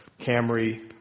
Camry